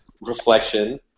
reflection